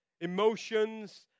emotions